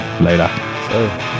Later